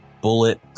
bullet